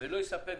בסעיף (א1),